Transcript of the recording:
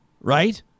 right